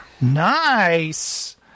Nice